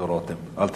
דודו רותם, אל תדאג.